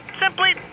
Simply